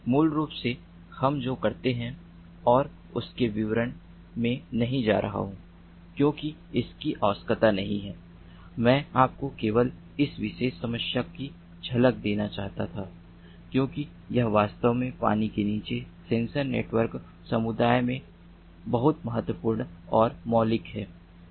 मूल रूप से हम जो करते हैं मैं उसके विवरण में नहीं जा रहा हूं क्योंकि इसकी आवश्यकता नहीं है मैं आपको केवल इस विशेष समस्या का झलक देना चाहता था क्योंकि यह वास्तव में पानी के नीचे सेंसर नेटवर्क समुदाय में बहुत महत्वपूर्ण और मौलिक है